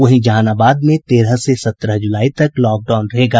वहीं जहानाबाद में तेरह से सत्रह जुलाई तक लॉकडाउन रहेगा